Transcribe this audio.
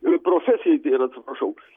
ir profesijai tai yra atsiprašau